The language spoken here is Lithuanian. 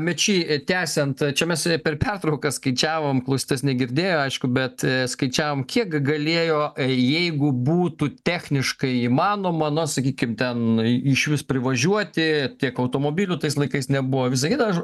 mečy tęsiant čia mes per pertrauką skaičiavom klausytojas negirdėjo aišku bet skaičiavom kiek galėjo jeigu būtų techniškai įmanoma na sakykim tenai išvis privažiuoti tiek automobilių tais laikais nebuvo visa kita